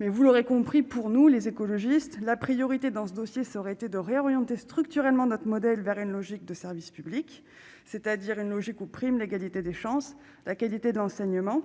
mais vous l'aurez compris pour nous les écologistes, la priorité dans ce dossier, ça aurait été de réorienter structurellement notre modèle vers une logique de service public, c'est-à-dire une logique où prime l'égalité des chances, la qualité de l'enseignement,